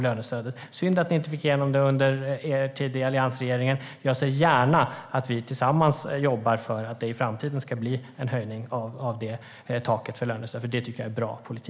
Det var synd att ni inte fick igenom det under er tid i alliansregeringen. Jag ser gärna att vi tillsammans jobbar för att det i framtiden ska bli en höjning av taket för lönestöd, för det är bra politik.